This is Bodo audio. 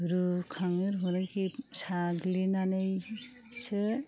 रुखां साग्लिनानैसो